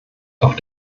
auf